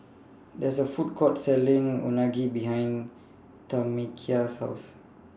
There IS A Food Court Selling Unagi behind Tamekia's House